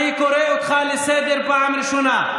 אני קורא אותך לסדר פעם ראשונה.